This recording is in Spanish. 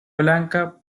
blanca